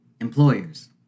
Employers